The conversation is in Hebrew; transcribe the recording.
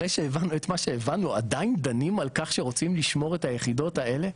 אחרי שהבנו את מה שהבנו עדיין דנים על כך שרוצים לשמור את היחידות האלה?